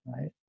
right